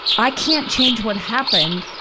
i can't change what happened,